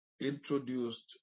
introduced